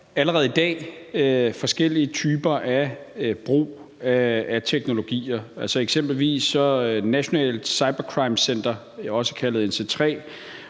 allerede i dag er forskellige typer af brug af teknologier. F.eks. har Nationalt Cyber Crime Center, også kaldet NC3,